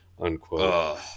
unquote